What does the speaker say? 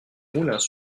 moulins